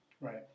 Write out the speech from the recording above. Right